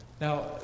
Now